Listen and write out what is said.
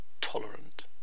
Tolerant